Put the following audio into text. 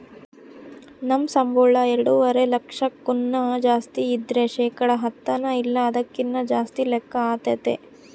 ನಮ್ ಸಂಬುಳ ಎಲ್ಡುವರೆ ಲಕ್ಷಕ್ಕುನ್ನ ಜಾಸ್ತಿ ಇದ್ರ ಶೇಕಡ ಹತ್ತನ ಇಲ್ಲ ಅದಕ್ಕಿನ್ನ ಜಾಸ್ತಿ ಲೆಕ್ಕ ಆತತೆ